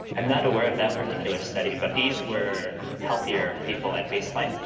and not aware of that particular study but these were healthier people at baseline,